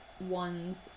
ones